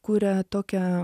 kuria tokią